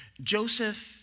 Joseph